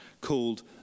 called